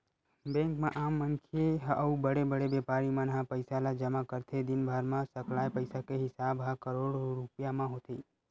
bank म आम मनखे अउ बड़े बड़े बेपारी मन ह पइसा ल जमा करथे, दिनभर म सकलाय पइसा के हिसाब ह करोड़ो रूपिया म होथे